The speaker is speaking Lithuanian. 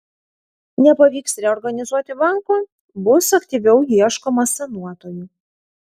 nepavykus reorganizuoti banko bus aktyviau ieškoma sanuotojų